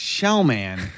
Shellman